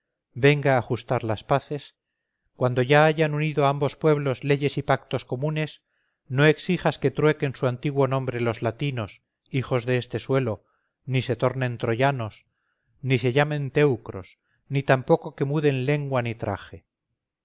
venga a ajustar las paces cuando ya hayan unido a ambos pueblos leyes y pactos comunes no exijas que truequen su antiguo nombre los latinos hijos de este suelo ni se tornen troyanos ni se llamen teucros ni tampoco que muden lengua ni traje